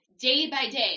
day-by-day